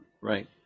right